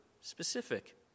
specific